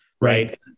Right